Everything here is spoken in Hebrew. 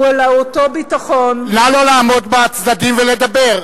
אלא הוא אותו ביטחון נא לא לעמוד בצדדים ולדבר.